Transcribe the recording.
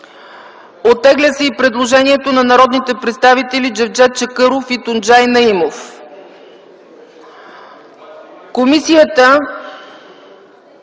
Оттегля се и предложението на народните представители Джевдет Чакъров и Тунджай Наимов. Комисията